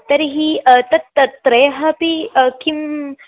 तर्हि तत् तत् त्रयः अपि किम्